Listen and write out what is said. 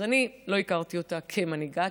אז אני לא הכרתי אותה כמנהיגה,